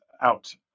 out